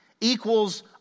equals